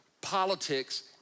politics